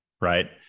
right